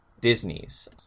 disney's